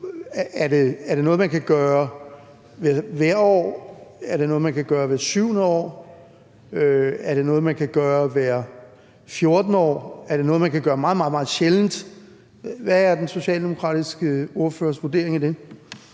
Er det noget, man kan gøre hvert år? Er det noget, man kan gøre hvert 7. år? Er det noget, man kan gøre hvert 14. år? Er det noget, man kan gøre meget, meget sjældent? Hvad er den socialdemokratiske ordførers vurdering af det?